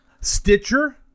Stitcher